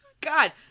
God